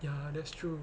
ya that's true